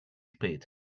spät